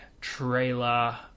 trailer